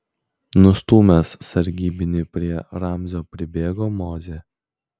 nustūmęs sargybinį prie ramzio pribėgo mozė